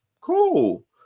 Cool